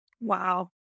wow